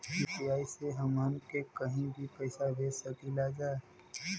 UPI से हमहन के कहीं भी पैसा भेज सकीला जा?